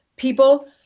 People